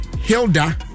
Hilda